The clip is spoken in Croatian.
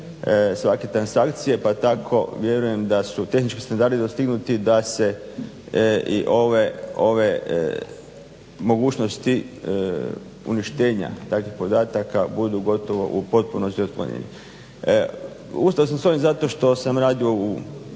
svake transakcije. Pa tako vjerujem da su tehnički standardi dostignuti da se i ove mogućnosti uništenja takvih podataka budu gotovo u potpunosti otklonjeni. Ustao sam s ovim zato što sam radio u